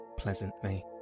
Pleasantly